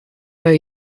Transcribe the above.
her